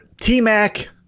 T-Mac